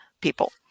people